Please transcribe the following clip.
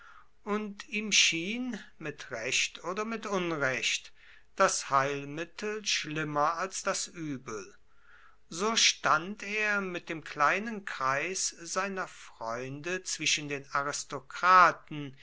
und ihm schien mit recht oder mit unrecht das heilmittel schlimmer als das übel so stand er mit dem kleinen kreis seiner freunde zwischen den aristokraten